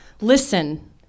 Listen